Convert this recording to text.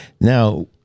Now